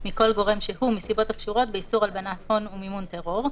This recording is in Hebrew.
מכל גורם שהוא מסיבות הקשורות באיסור הלבנת הון ומימון טרור,